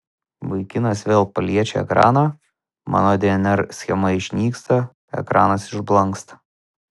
vaikinas vėl paliečia ekraną mano dnr schema išnyksta ekranas išblanksta